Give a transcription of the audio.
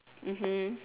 mmhmm